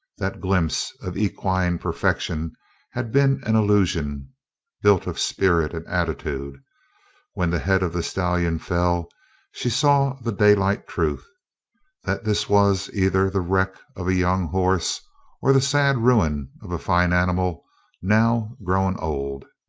that glimpse of equine perfection had been an illusion built of spirit and attitude when the head of the stallion fell she saw the daylight truth that this was either the wreck of a young horse or the sad ruin of a fine animal now grown old.